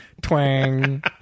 Twang